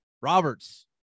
Roberts